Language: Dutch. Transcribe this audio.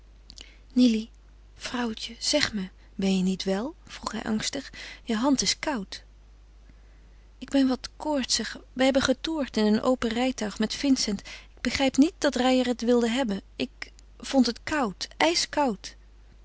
nily vrouwtje zeg me ben je niet wel vroeg hij angstig je hand is koud ik ben wat koortsig we hebben getoerd in een open rijtuig met vincent ik begrijp niet dat reijer het wilde hebben ik vond het koud ijskoud